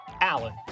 Alan